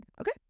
Okay